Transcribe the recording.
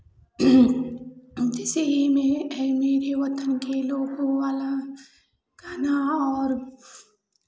जैसे ही मैं ऐ मेरे वतन के लोगों वाला गाना और